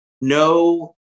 No